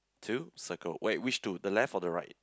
to circle wait which two the left or the right